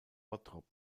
bottrop